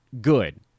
good